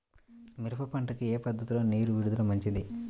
మిరప పంటకు ఏ పద్ధతిలో నీరు విడుదల మంచిది?